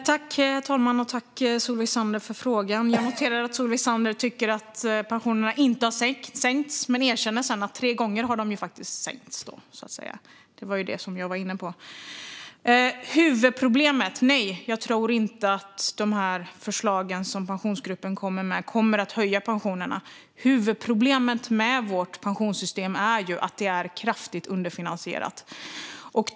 Herr talman! Tack, Solveig Zander, för frågan! Jag noterar att Solveig Zander först säger att pensionerna inte har sänkts, men sedan erkänner hon att de faktiskt har sänkts tre gånger. Det var ju precis detta som jag var inne på. Låt mig komma in på huvudproblemet. Nej, jag tror inte att de förslag som Pensionsgruppen kommer med kommer att höja pensionerna. Huvudproblemet med vårt pensionssystem är ju att det är kraftigt underfinansierat.